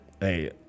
Hey